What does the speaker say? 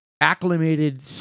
acclimated